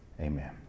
Amen